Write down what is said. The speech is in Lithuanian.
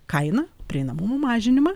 kainą prieinamumo mažinimą